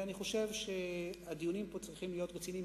אני חושב שהדיונים פה צריכים להיות רציניים.